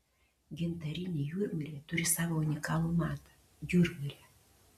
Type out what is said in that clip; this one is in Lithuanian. gintarinė jūrmylė turi savo unikalų matą jūrmylę